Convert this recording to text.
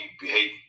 behave